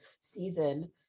season